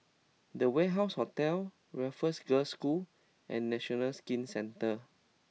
The Warehouse Hotel Raffles Girls' School and National Skin Centre